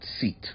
seat